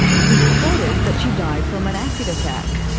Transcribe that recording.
it was reported that she died from an acid attack.